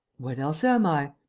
what else am i?